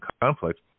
conflict